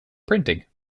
printing